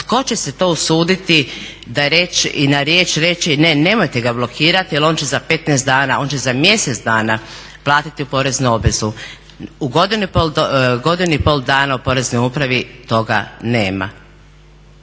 tko će se to usuditi i na riječ reći ne nemojte ga blokirati jer on će za 15 dana, on će za mjesec dana platiti poreznu obvezu. U godini i pol dana u poreznoj upravi toga nema.